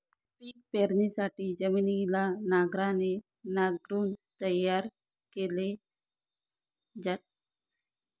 पिक पेरणीसाठी जमिनीला नांगराने नांगरून तयार केल जात